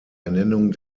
ernennung